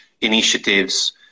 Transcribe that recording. initiatives